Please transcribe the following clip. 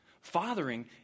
Fathering